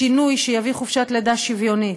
השינוי שתביא חופשת לידה שוויונית,